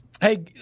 Hey